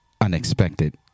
unexpected